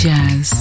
Jazz